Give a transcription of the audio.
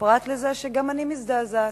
פרט לזה שגם אני מזדעזעת.